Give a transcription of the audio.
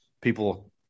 People